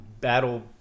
Battle